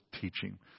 teaching